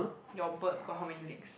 your bird got how many legs